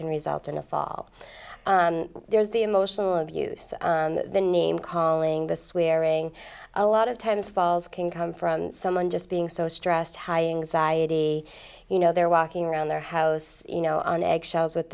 can result in a fall there's the emotional abuse the name calling the swearing a lot of times falls can come from someone just being so stressed high anxiety you know they're walking around their house you know on eggshells with